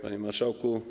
Panie Marszałku!